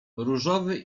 różowy